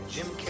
Jim